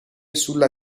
sulla